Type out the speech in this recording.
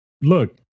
Look